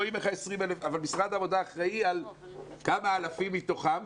אבל מ שרד העבודה אחראי על כמה אלפים מתוכן,